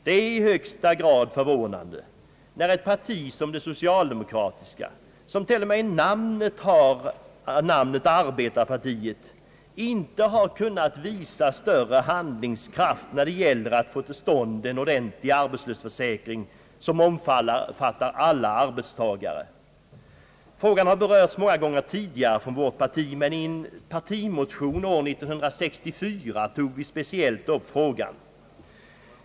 Det är i högsta grad förvånande att ett parti som det socialdemokratiska, som t.o.m. i namnet har »arbetarpartiet», inte har kunnat visa större handlingskraft när det gäller att få till stånd en ordentlig arbetslöshetsförsäkring som omfattar alla arbetstagare. Frågan har berörts tidigare, men i en partimotion tog centern speciellt upp den år 1964.